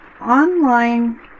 online